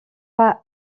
pas